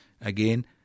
Again